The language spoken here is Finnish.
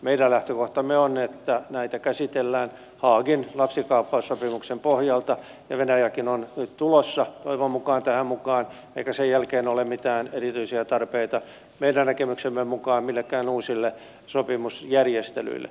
meidän lähtökohtamme on että näitä käsitellään haagin lapsikaappaussopimuksen pohjalta ja venäjäkin on nyt tulossa toivon mukaan tähän mukaan eikä sen jälkeen ole mitään erityisiä tarpeita meidän näkemyksemme mukaan millekään uusille sopimusjärjestelyille